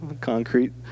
Concrete